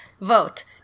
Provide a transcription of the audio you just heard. vote